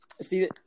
See